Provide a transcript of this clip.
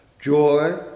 joy